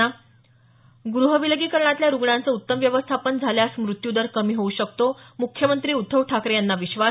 स ग्रहविलगीकरणातल्या रुग्णांचं उत्तम व्यवस्थापन झाल्यास मृत्यू दर कमी होऊ शकतो मुख्यमंत्री उद्धव ठाकरे यांना विश्वास